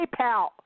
PayPal